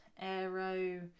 aero